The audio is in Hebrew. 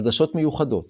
עדשות מיוחדות